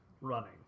running